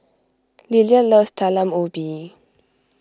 Lilia loves Talam Ubi